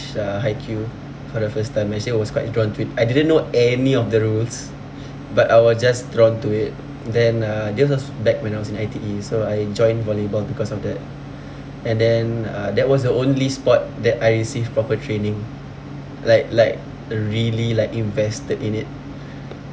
uh haikyu for the first time actually I was quite drawn to it I didn't know any of the rules but I was just drawn to it then uh this was back when I was in I_T_E so I joined volleyball because of that and then uh that was the only sport that I receive proper training like like really like invested in it